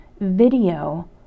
video